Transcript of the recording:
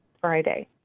Friday